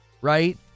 Right